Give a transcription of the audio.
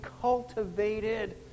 cultivated